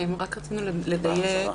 רצינו לדייק